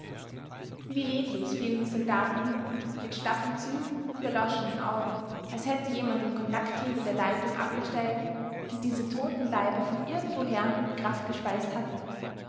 wie leblos fielen die soldaten hin mit schlaffen zügen und erloschenen augen als hätte jemand den kontakthebel der leitung abgestellt die diese toten leiber von irgendwoher mit kraft gespeist hatte